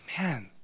Man